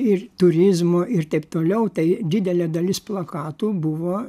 ir turizmo ir taip toliau tai didelė dalis plakatų buvo